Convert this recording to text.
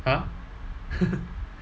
!huh!